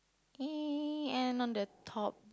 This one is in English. eh and on the top